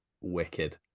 wicked